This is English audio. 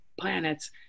planets